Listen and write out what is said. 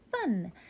fun